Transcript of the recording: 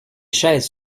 chaises